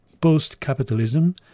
Post-Capitalism